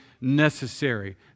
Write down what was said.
necessary